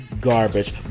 garbage